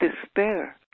despair